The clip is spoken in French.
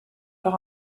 par